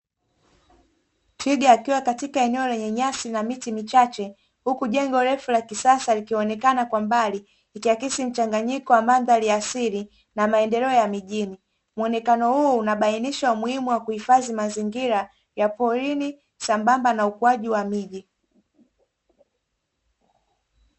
Twiga akiwa katika eneo lenye nyasi na miti michache huku jengo refu la kisasa likionekana kwa mbali ikiakisi mchanganyiko wa mandari ya asili na maendeleo ya mijini; muonekana huu unabainisha umuhimu wa kuhifadhi mazingira ya polini sambamba na ukuaji wa miji.